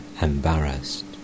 embarrassed